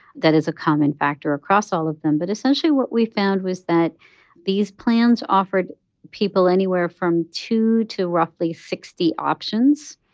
that is a common factor across all of them. but, essentially, what we found was that these plans offered people anywhere from two to roughly sixty options.